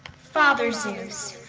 father zeus,